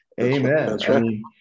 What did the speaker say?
Amen